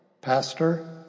Pastor